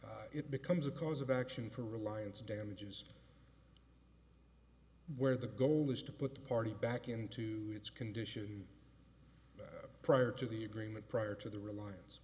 it becomes a cause of action for reliance damages where the goal is to put the party back into its condition prior to the agreement prior to the reliance